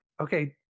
okay